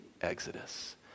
exodus